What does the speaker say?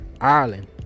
Ireland